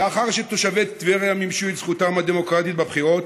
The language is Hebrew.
לאחר שתושבי טבריה מימשו את זכותם הדמוקרטית בבחירות,